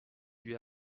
lui